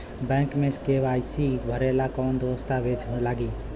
Bank मे KYC भरेला कवन दस्ता वेज लागी?